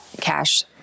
cash